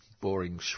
boring